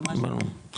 ברור,